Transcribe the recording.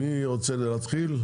מי רוצה לפתוח?